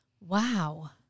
Wow